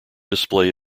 display